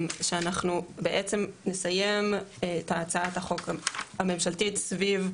זה שאנחנו בעצם נסיים את הצעת החוק הממשלתית סביב,